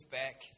back